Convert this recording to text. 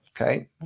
Okay